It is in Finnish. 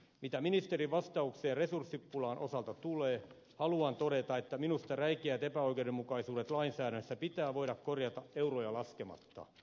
mitä ministerin vastaukseen resurssipulan osalta tulee haluan todeta että minusta räikeät epäoikeudenmukaisuudet lainsäädännössä pitää voida korjata euroja laskematta